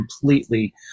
completely